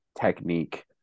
technique